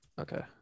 Okay